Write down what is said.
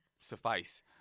suffice